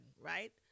right